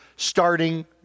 starting